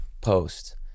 post